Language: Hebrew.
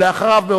ואחריו,